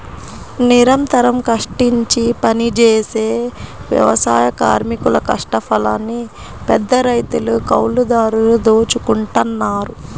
నిరంతరం కష్టించి పనిజేసే వ్యవసాయ కార్మికుల కష్టఫలాన్ని పెద్దరైతులు, కౌలుదారులు దోచుకుంటన్నారు